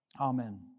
Amen